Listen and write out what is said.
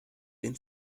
den